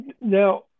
Now